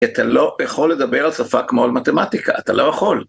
אתה לא יכול לדבר על שפה כמו על מתמטיקה, אתה לא יכול.